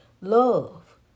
Love